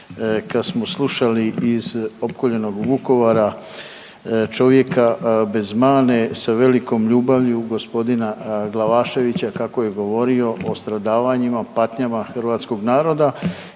kad smo slušali iz opkoljenog Vukovara čovjeka bez mane sa velikom ljubavlju gospodina Glavaševića kako je govorio o stradavanjima, patnjama hrvatskog naroda